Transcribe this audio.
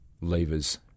levers